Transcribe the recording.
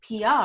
PR